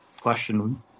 question